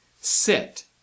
Sit